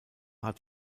hat